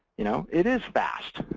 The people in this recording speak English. you know it is fast,